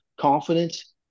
confidence